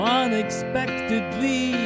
unexpectedly